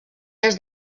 est